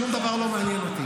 שום דבר לא מעניין אותי,